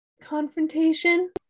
confrontation